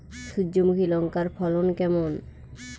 সূর্যমুখী লঙ্কার ফলন কেমন?